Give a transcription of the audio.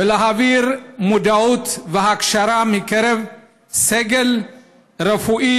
ולהעביר מודעות והכשרה בקרב הסגל הרפואי,